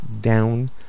down